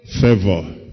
favor